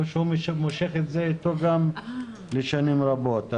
או שהוא מושך את זה איתו לשנים רבות.